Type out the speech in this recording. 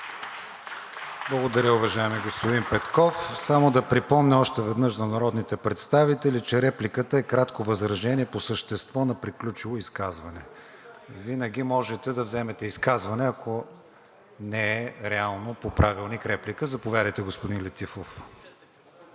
Благодаря, уважаеми господин Петков. Само да припомня още веднъж за народните представители, че репликата е кратко възражение по същество на приключило изказване. Винаги можете да вземете изказване, ако не е реално по Правилника. Заповядайте за реплика, господин Летифов.